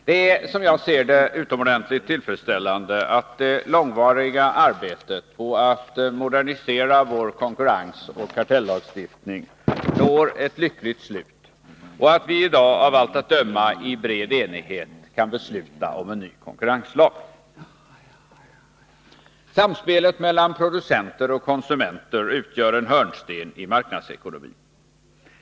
Det är som jag ser det utomordentligt tillfredsställande att det långvariga arbetet på att modernisera vår konkurrensoch kartellagstiftning når ett lyckligt slut och att vi i dag av allt att döma i bred enighet kan besluta om en ny konkurrenslag. Samspelet mellan producenter och konsumenter utgör en hörnsten i marknadsekonomin.